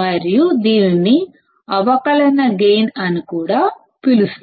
మరియు దీనిని అవకలన గైన్ అని కూడా పిలుస్తారు